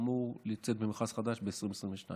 ואמור לצאת מכרז חדש ב-2022.